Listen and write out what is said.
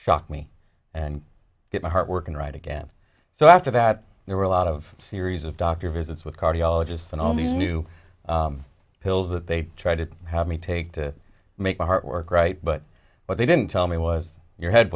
shock me and get my heart working right again so after that there were a lot of series of doctor visits with cardiologists and all these new pills that they tried to have me take to make my heart work right but what they didn't tell me was your head